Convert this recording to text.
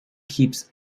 keeps